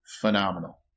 phenomenal